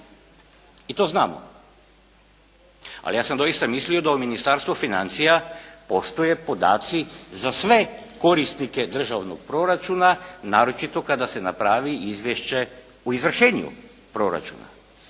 i to znamo. Ali ja sam doista mislio da u Ministarstvu financija postoje podaci za sve korisnike državnog proračuna, naročito kada se napravi izvješće o izvršenju proračuna